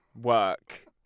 work